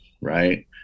right